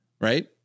Right